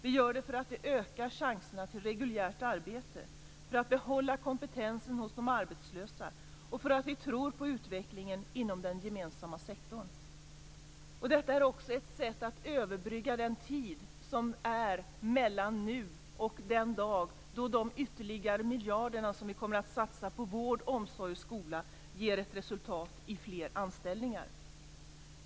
Vi gör det därför att det ökar chanserna till reguljärt arbete, för att behålla kompetensen hos de arbetslösa och därför att vi tror på utvecklingen inom den gemensamma sektorn. Detta är också ett sätt att överbrygga den tid som är mellan nu och den dag då de ytterligare miljarder som vi kommer att satsa på vård, omsorg och skola ger resultat i fler anställningar.